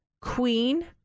queen